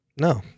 No